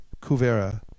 Kuvera